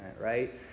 right